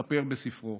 מספר בספרו